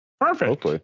perfect